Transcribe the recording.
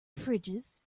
fridges